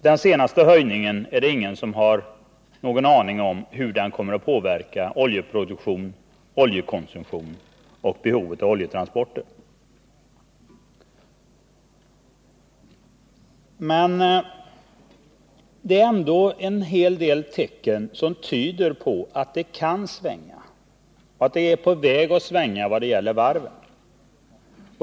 Ingen har någon aning om hur den senaste höjningen kommer att påverka oljeproduktionen, oljekonsumtionen och behovet av oljetransporter. Men det finns ändå en hel del tecken som tyder på att vi är på väg mot en svängning.